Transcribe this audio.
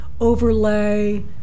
overlay